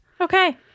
Okay